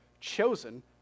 chosen